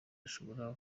ashobora